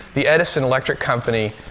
the edison electric company,